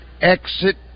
exit